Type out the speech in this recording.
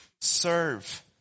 Serve